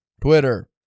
Twitter